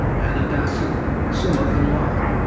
and and summa summa cum laude.